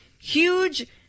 huge